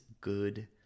good